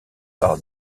par